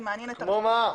תגידו מה.